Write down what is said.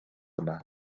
yma